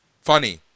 funny